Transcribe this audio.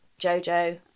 Jojo